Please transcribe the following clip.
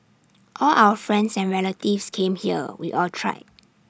all our friends and relatives came here we all tried